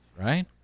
right